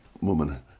woman